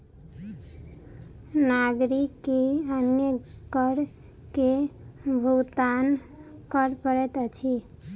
नागरिक के अन्य कर के भुगतान कर पड़ैत अछि